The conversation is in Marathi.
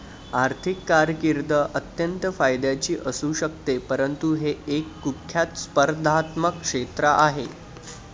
आर्थिक कारकीर्द अत्यंत फायद्याची असू शकते परंतु हे एक कुख्यात स्पर्धात्मक क्षेत्र आहे